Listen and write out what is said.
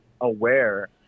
aware